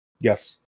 Yes